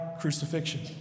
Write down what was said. crucifixion